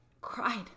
cried